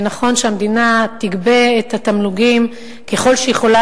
ונכון שהמדינה תגבה את התמלוגים ככל שהיא יכולה,